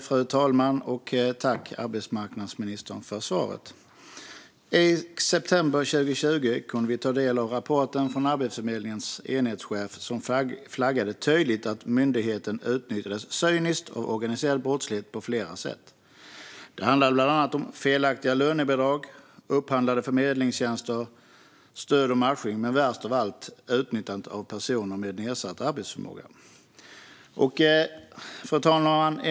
Fru talman! Jag tackar arbetsmarknadsministern för svaret. I september 2020 kunde vi ta del av en rapport från en enhetschef på Arbetsförmedlingen, där det tydligt flaggades för att myndigheten utnyttjades cyniskt av organiserad brottslighet på flera sätt. Det handlade bland annat om felaktiga lönebidrag, upphandlade förmedlingstjänster, stöd och matchning och - värst av allt - utnyttjande av personer med nedsatt arbetsförmåga. Fru talman!